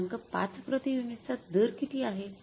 ५ प्रति युनिटचा दर किती आहे